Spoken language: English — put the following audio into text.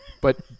But-